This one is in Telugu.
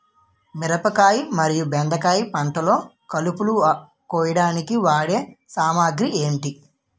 మిరపకాయ మరియు బెండకాయ పంటలో కలుపు కోయడానికి వాడే సామాగ్రి ఏమిటి?